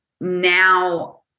now